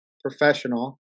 professional